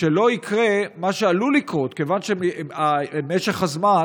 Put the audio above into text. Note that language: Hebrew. שלא יקרה מה שעלול לקרות, כיוון שבמשך הזמן